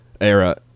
era